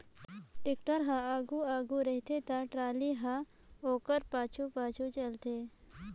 tractor हर आघु आघु रहथे ता टराली हर ओकर पाछू पाछु चलथे